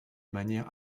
manière